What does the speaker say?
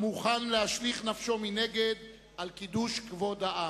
המוכן להשליך נפשו מנגד על קידוש כבוד העם".